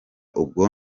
ubwo